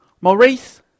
Maurice